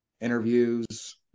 interviews